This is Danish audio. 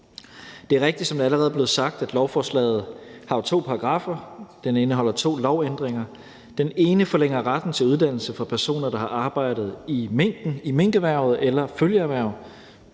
Det er rigtigt, som det allerede er blevet sagt, at lovforslaget jo har to paragraffer; det indeholder to lovændringer. Den ene forlænger retten til uddannelse for personer, der har arbejdet i minkerhvervet eller følgeerhverv